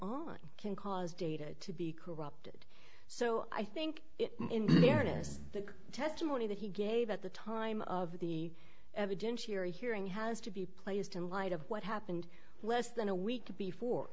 on can cause data to be corrupted so i think yes the testimony that he gave at the time of the evidentiary hearing has to be placed in light of what happened less than a week before